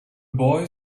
boy